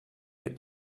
mit